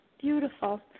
beautiful